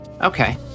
Okay